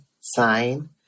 sign